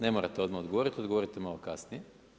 Ne morate odmah odgovoriti, odgovorite malo kasnije.